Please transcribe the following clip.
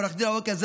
עו"ד אווקה זנה,